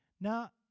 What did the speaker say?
Now